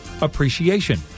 Appreciation